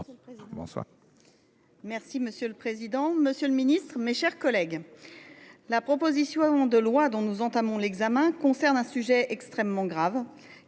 Havet. Monsieur le président, monsieur le garde des sceaux, mes chers collègues, la proposition de loi dont nous entamons l’examen concerne un sujet extrêmement grave,